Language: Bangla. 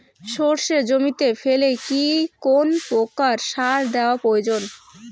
সর্ষে জমিতে ফেলে কি কোন প্রকার সার দেওয়া প্রয়োজন?